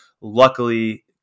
Luckily